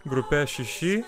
grupe ši ši